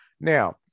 now